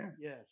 Yes